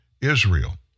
Israel